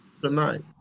tonight